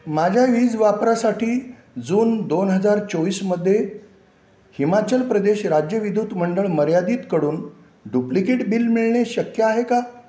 माझ्या वीज वापरासाठी जून दोन हजार चोवीसमध्ये हिमाचल प्रदेश राज्य विद्युत मंडळ मर्यादितकडून डुप्लिकेट बिल मिळणे शक्य आहे का